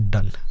Done